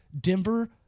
Denver